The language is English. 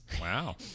wow